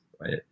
right